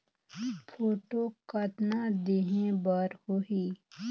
Photo कतना देहें बर होहि?